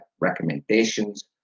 recommendations